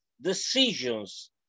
decisions